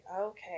okay